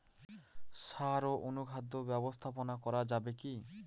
সাড় ও অনুখাদ্য ব্যবস্থাপনা করা যাবে কি?